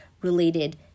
related